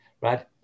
right